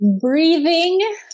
Breathing